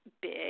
big